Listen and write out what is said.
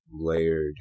layered